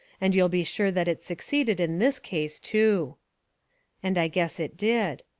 and you'll be sure that it succeeded in this case, too and i guess it did.